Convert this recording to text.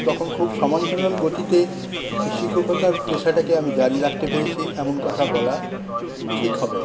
তখন খুব সমান্তরাল গতিতে শিক্ষকতার পেশাটাকে আমি জারি রাখতে পেরেছি এমন কথা বলা ঠিক হবে না